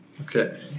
Okay